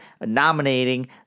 nominating